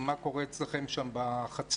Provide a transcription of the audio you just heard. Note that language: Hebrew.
מה קורה אצלכם שם בחצר?